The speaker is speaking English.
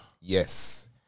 Yes